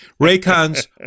raycons